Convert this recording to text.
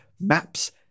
maps